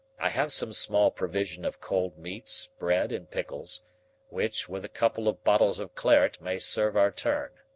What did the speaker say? i have some small provision of cold meats, bread, and pickles which, with a couple of bottles of claret, may serve our turn.